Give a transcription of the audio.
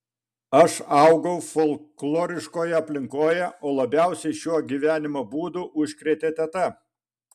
aš augau folkloriškoje aplinkoje o labiausiai šiuo gyvenimo būdu užkrėtė teta